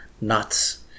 nuts